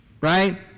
right